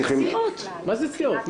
מה זה לפי סיעות?